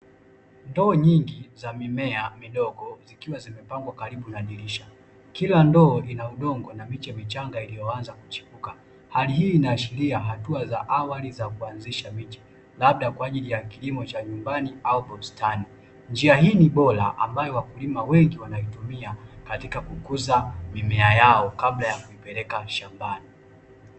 Ndoo nyingi za mimea midogo, zikiwa zimepangwa karibu na dirisha. Kila ndoo ina udongo na miche michanga iliyoanza kuchipuka. Hali hii inaashiria hatua za awali za kuanzisha miche, labda kwa ajili ya kilimo cha nyumbani au bustani. Njia hii ni bora ambayo wakulima wengi wanaitumia, katika kukuza mimea yao, kabla ya kuipeleka shambani.